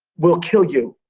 will kill you.